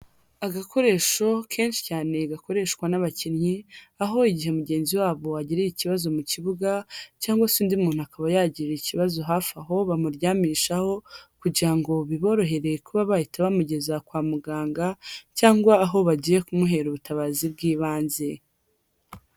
Agakoresho kenshi cyane gakoreshwa n'abakinnyi, aho igihe mugenzi wabo agiriye ikibazo mu kibuga cyangwa se undi muntu akaba yagirira ikibazo hafi aho, bamuryamishaho kugira ngo biborohere kuba bahita bamugeza kwa muganga cyangwa aho bagiye kumuhera ubutabazi bw'ibanze.